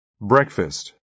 Breakfast